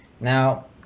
Now